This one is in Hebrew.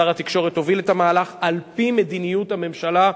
שר התקשורת הוביל את המהלך על-פי מדיניות הממשלה,